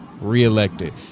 reelected